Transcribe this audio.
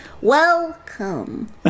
welcome